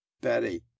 Betty